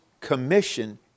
commission